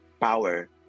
power